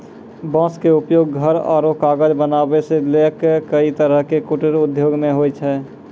बांस के उपयोग घर आरो कागज बनावै सॅ लैक कई तरह के कुटीर उद्योग मॅ होय छै